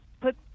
put